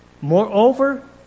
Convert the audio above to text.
moreover